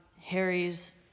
Harry's